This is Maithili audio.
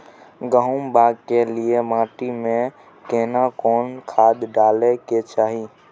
गहुम बाग के लिये माटी मे केना कोन खाद डालै के चाही?